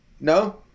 No